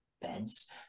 Beds